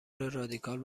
رادیکال